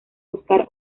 buscar